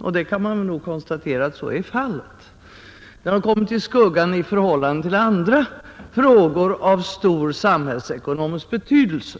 fallet kan man nog konstatera. Den har kommit i skuggan i förhållande till andra frågor av stor samhällsekonomisk betydelse.